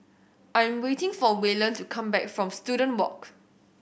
I'm waiting for Waylon to come back from Student Walk